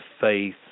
faith